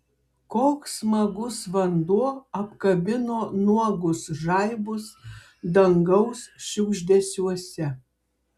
koks smagus vanduo apkabino nuogus žaibus dangaus šiugždesiuose